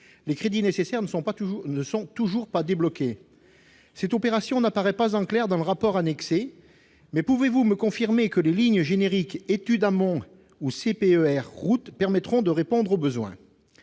les crédits nécessaires ne sont toujours pas débloqués. Cette opération n'apparaît pas clairement dans le rapport annexé. Madame la ministre, pouvez-vous me confirmer que les lignes génériques « Études amont » ou « CPER Route » permettront de répondre aux besoins ?